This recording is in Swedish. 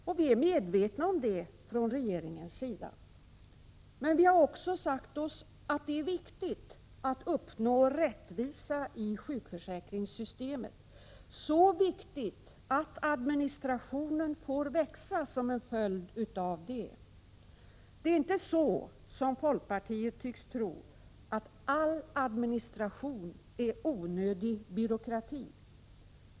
Vi har från regeringens sida varit väl medvetna om detta. Men vi har sagt oss, att det är viktigt att uppnå rättvisa i sjukförsäkringssystemet, så viktigt att administrationen får växa som en följd av detta. Det är inte så, som folkpartiet tycks tro, att all administration är onödig byråkrati.